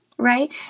right